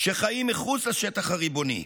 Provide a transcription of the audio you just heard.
שחיים מחוץ לשטח הריבוני.